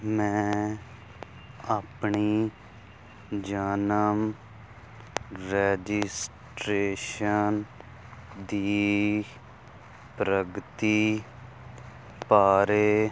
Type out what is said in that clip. ਮੈਂ ਆਪਣੀ ਜਨਮ ਰਜਿਸਟ੍ਰੇਸ਼ਨ ਦੀ ਪ੍ਰਗਤੀ ਬਾਰੇ